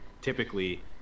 typically